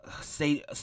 say